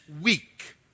week